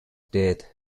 death